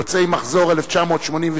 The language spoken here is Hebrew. יוצאי מחזור 1988,